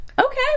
Okay